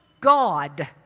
God